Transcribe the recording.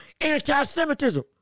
anti-Semitism